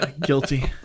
Guilty